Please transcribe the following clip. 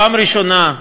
בפעם הראשונה,